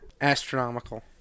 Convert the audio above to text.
astronomical